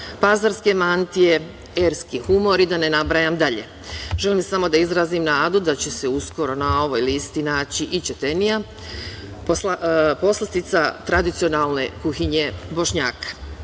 pazarske mantije, erski humor i da ne nabrajam dalje. Želim samo da izrazim nadu da će se uskoro na ovoj listi naći i ćetenija, poslastica tradicionalne kuhinje